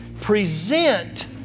present